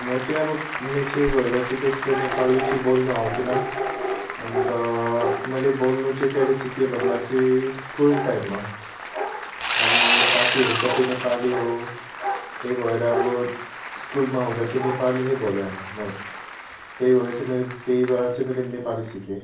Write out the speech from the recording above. म चाहिँ अब मेचे भएर चाहिँ त्यस्तो नेपाली चाहिँ बोल्नु आउँथेन अन्त मैले बोल्नु चाहिँ कहिले सिकेँ भन्दा चाहिँ स्कुल टाइममा अब साथीहरू सबै नेपाली हो त्यही भएर अब स्कुलमा हुँदा चाहिँ नेपाली नै बोल्यो हामी म त्यही भएर चाहिँ मैले त्यही भएर चाहिँ मैले नेपाली सिकेँ